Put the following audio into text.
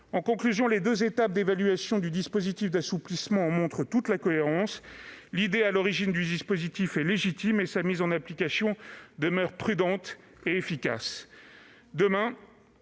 En conclusion, les deux étapes d'évaluation du dispositif d'assouplissement en montrent toute la cohérence : l'idée à l'origine du dispositif est légitime et sa mise en application demeure prudente et efficace.